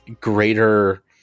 greater